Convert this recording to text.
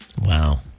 Wow